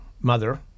mother